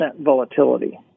volatility